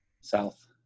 South